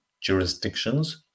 jurisdictions